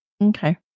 okay